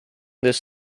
this